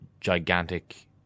gigantic